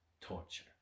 torture